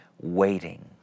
waiting